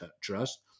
trust